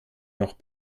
noch